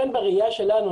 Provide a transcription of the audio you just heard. לכן בראייה שלנו,